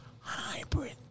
Hybrid